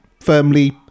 firmly